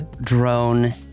Drone